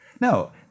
No